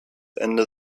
ende